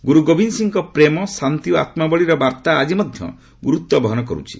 ଗୁରୁଗୋବିନ୍ଦ ସିଂଙ୍କ ପ୍ରେମଶାନ୍ତି ଓ ଆତ୍କବଳୀର ବାର୍ତ୍ତା ଆଜି ମଧ୍ୟ ଗୁରୁତ୍ୱବହନ କରୁଛି